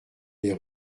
les